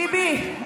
ביבי,